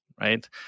right